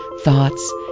thoughts